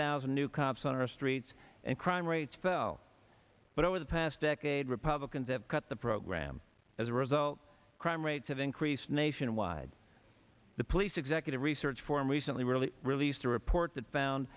thousand new cops on our streets and crime rates fell but over the past decade republicans have cut the program as a result crime rates have increased nationwide the police executive research forum recently really released a report that found